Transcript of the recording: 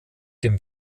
dem